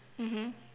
mmhmm